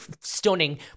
stunning